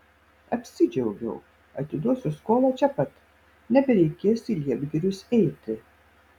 apsidžiaugiau atiduosiu skolą čia pat nebereikės į liepgirius eiti